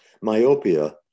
Myopia